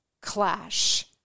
clash